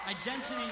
identity